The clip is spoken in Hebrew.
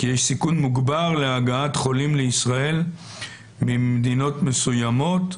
כי יש סיכון מוגבר להגעת חולים לישראל ממדינות מסוימות.